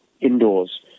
indoors